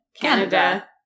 Canada